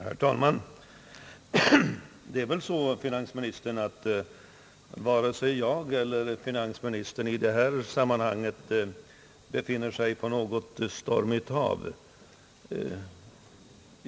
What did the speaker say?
Herr talman! Det är väl så, att varken finansministern eller jag befinner oss i detta sammanhang på något stormigt hav.